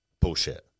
Bullshit